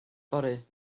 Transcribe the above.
fory